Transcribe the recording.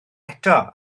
eto